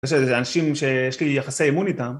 זה אנשים שיש לי יחסי אמון איתם.